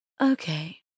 Okay